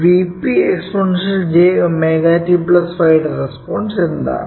Vp exponential jωtϕ യുടെ response എന്താണ്